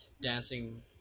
dancing